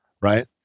Right